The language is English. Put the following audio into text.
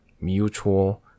mutual